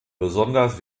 besonders